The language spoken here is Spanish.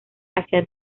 hacia